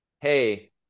Hey